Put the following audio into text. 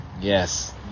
yes